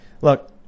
Look